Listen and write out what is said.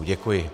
Děkuji.